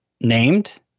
named